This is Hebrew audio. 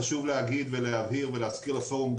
חשוב להגיד ולהבהיר ולהזכיר לפורום,